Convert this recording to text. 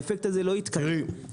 לא יתקיים.